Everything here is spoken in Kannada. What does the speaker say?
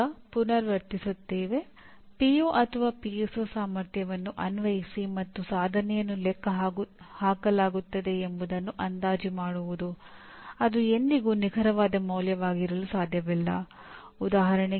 ಈಗ ಪುನರಾವರ್ತಿಸತ್ತೇವೆ